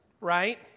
right